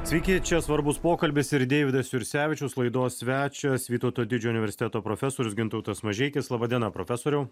sveiki čia svarbus pokalbis ir deividas jursevičius laidos svečias vytauto didžiojo universiteto profesorius gintautas mažeikis laba diena profesoriau